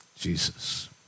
Jesus